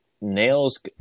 nails